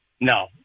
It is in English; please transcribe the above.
no